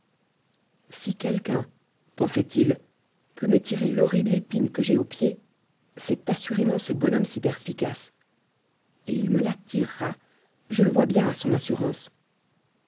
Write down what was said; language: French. si quelqu'un pensait-il peut me tirer l'horrible épine que j'ai au pied c'est assurément ce bonhomme si perspicace et il me la tirera je le vois bien à son assurance